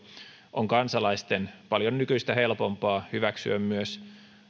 on kansalaisten paljon nykyistä helpompaa hyväksyä myös